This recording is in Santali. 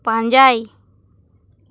ᱯᱟᱸᱡᱟᱭ